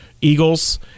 Eagles